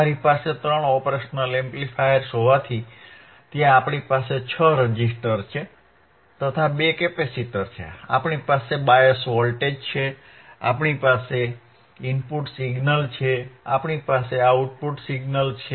તમારી પાસે ત્રણ ઓપરેશનલ એમ્પ્લીફાયર્સ હોવાથી ત્યાં આપણી પાસે છ રેઝિસ્ટર છે તથા બે કેપેસિટર છે આપણી પાસે બાયસ વોલ્ટેજ છે આપણી પાસે ઇનપુટ સિગ્નલ છે આપણી પાસે આઉટપુટ સિગ્નલ છે